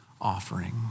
offering